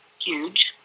huge